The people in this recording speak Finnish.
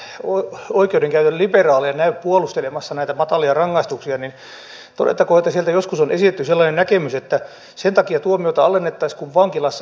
nyt kun täällä ei näitä oikeudenkäyntiliberaaleja näy puolustelemassa näitä matalia rangaistuksia niin todettakoon että sieltä joskus on esitetty sellainen näkemys että sen takia tuomioita alennettaisiin että vankilassa istuminen maksaa